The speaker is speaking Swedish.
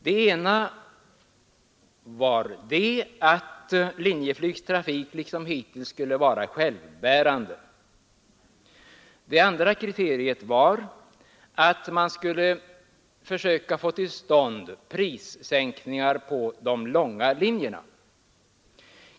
Det ena var att Linjeflygs trafik liksom hittills skulle vara självbärande. Det andra kriteriet var att man skulle försöka få till stånd prissänkningar på de långa linjerna.